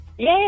Yes